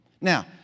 Now